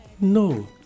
No